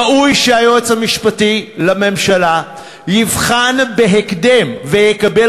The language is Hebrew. ראוי שהיועץ המשפטי לממשלה יבחן בהקדם ויקבל